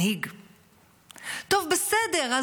טוב בסדר,